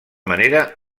manera